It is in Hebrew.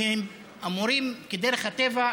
כי הם אמורים להיות כדרך הטבע,